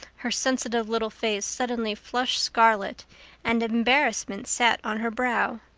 her sensitive little face suddenly flushed scarlet and embarrassment sat on her brow.